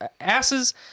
asses